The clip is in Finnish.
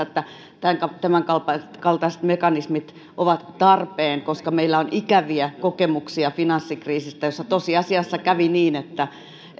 että tämänkaltaiset mekanismit ovat tarpeen koska meillä on ikäviä kokemuksia finanssikriisistä jossa tosiasiassa kävi niin että